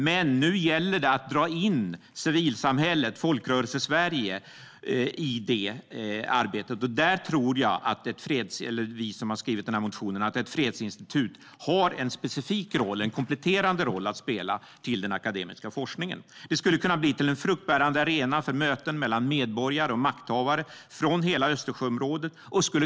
Men nu gäller det att dra in civilsamhället och Folkrörelsesverige i arbetet. Vi som har skrivit motionen tror att ett fredsinstitut har en specifik och kompletterande roll att spela i anslutning till den akademiska forskningen. Det skulle kunna bli till en fruktbärande arena för möten mellan medborgare och makthavare från hela Östersjöområdet.